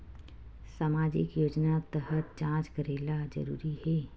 सामजिक योजना तहत जांच करेला जरूरी हे